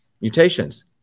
mutations